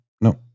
No